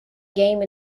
game